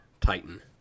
Titan